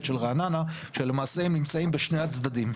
של רעננה שלמעשה הם נמצאים בשני הצדדים,